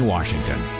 Washington